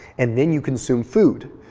and then you consume food.